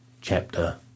chapter